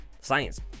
Science